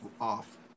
off